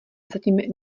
zatím